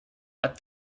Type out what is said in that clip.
that